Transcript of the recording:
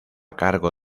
cargo